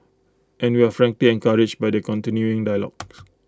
and we're frankly encouraged by the continuing dialogue